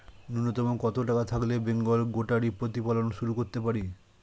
নূন্যতম কত টাকা থাকলে বেঙ্গল গোটারি প্রতিপালন শুরু করতে পারি?